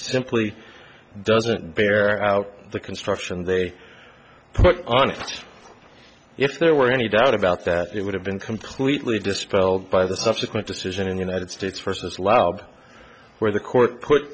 simply doesn't bear out the construction they put on it if there were any doubt about that it would have been completely dispelled by the subsequent decision in united states versus lab where the court put